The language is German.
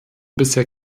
bisher